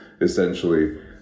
essentially